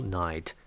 night